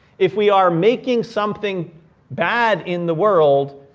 if we are making something bad in the world,